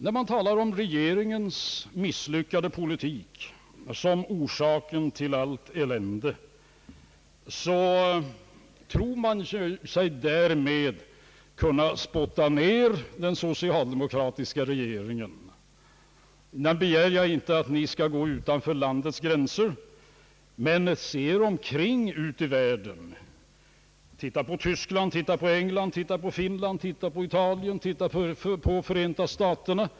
När man talar om regeringens misslyckade politik som orsaken till allt elände, tror man sig därmed kunna spotta ner den socialdemokratiska regeringen. Nu begär jag inte att ni skall gå utanför landets gränser, men jag vill ändå uppmana er att se på hur det är ute i världen — i Tyskland, England, Finland, Italien och i Förenta staterna.